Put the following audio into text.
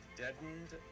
deadened